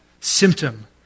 symptom